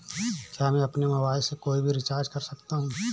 क्या मैं अपने मोबाइल से कोई भी रिचार्ज कर सकता हूँ?